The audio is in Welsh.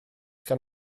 gan